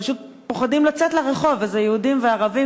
פשוט פוחדים לצאת לרחוב, וזה יהודים וערבים.